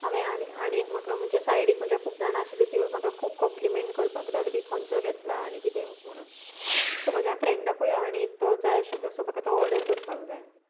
हांवें आनी एक म्हजे सायडीक खूब जाणां आशिल्लीं तिंवूय म्हाका खूब कॉम्पलिमेंट करपाक लागलीं खंयचो घेतला आनी कितें म्हणून सो म्हज्या फ्रॅंडाकूय आनी एक तो जाय आशिल्लो सो म्हाका तो ऑर्डर करपाक जाय